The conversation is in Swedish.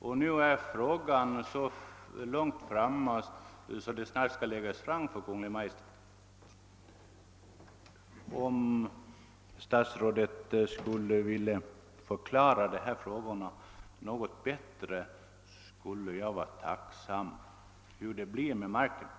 Frågan har ju nu avancerat så långt att förslag snart kommer att läg Om statsrådet därför något bättre kunde förklara hur det kommer att förfaras med denna mark, så skulle jag vara tacksam.